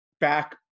back